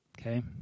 Okay